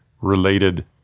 related